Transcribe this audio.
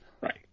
Right